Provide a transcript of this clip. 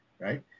right